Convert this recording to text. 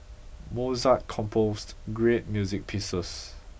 Mozart composed great music pieces